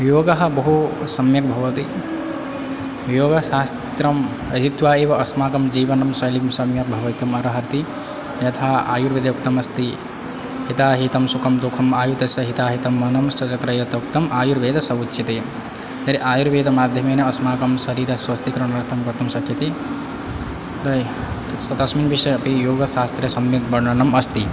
योगः बहु सम्यक् भवति योगशास्त्रम् अधित्वा एव अस्माकं जीवनं शैलिं सम्यक् भवितुमर्हति यथा आयुर्वेदे उक्तमस्ति यदा हितऽहितं सुखम् दु खम् आयुस्तस्य हितऽहितम् मनं च तत्च यत्रोक्तम् आयुर्वेद स उच्यते यदि आयुर्वेदमाध्यमेन अस्माकं सरीरस्वस्तिकरणार्थं कर्तुं शक्यते तर्हि तस्मिन् विषये अपि योगसास्त्रे सम्यग्वर्णनम् अस्ति